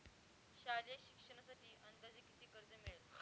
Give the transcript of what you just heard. शालेय शिक्षणासाठी अंदाजे किती कर्ज मिळेल?